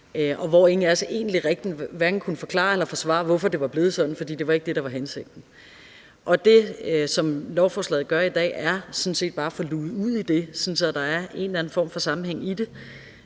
og hvor ingen af os egentlig rigtig hverken kunne forklare eller forsvare, hvorfor det var blevet sådan, for det var ikke det, der var hensigten. Og det, som lovforslaget i dag gør, er sådan set bare at få luget ud i det, sådan at der er en eller anden form for sammenhæng i det,